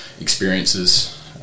experiences